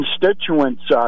constituents